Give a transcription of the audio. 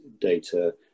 data